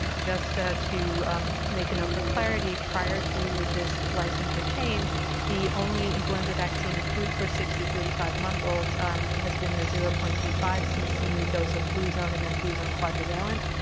um just ah to um make a note for clarity prior to this licensure change the only influenza vaccine approved for six to thirty five month olds has been the zero point two five cc dose of fluzone and then fluzone quadrivalent,